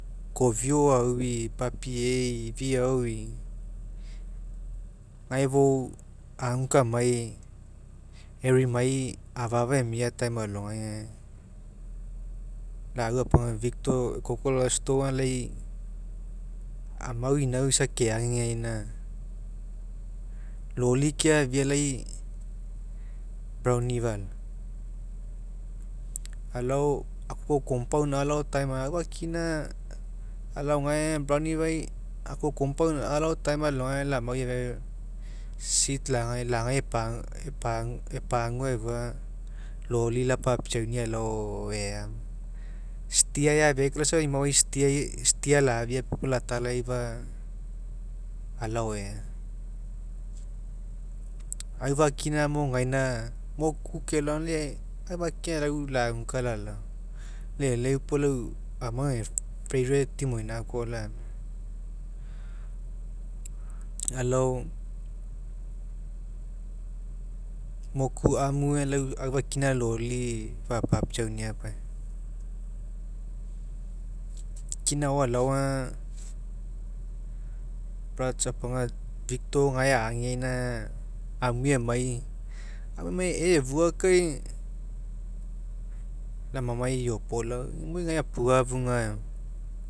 Kofio aui papiei ifiaoi gae fou aguka amai erimai afa'afa emia time alogai aga lau au apaoga victor ekoko elao store aaga lai amau inau isa keagege aina loli keafia lai brown river alao alogai aua kina aga alao gae brown river'ai akoko compound alao time alogai aga lau amau eafiau seat lagai lagai epa epaguau efua aga loli lapiauga alao ea steer eafia kai lai imauai safa steer lafia latalaifa alao ea. Aufakinamo gaina moku kelao lai aufakina lau laguka lalao lau e'eleu puo amau ega favourite imoina koa lamia agalao moku amue aga aufakina lau loli fapapiaunii paisa. Kina agao aga brats apaoga victor gae agegeaina amue amai amai ea efua kai lai amai eopolaga e imoi gae apua'afuga eoma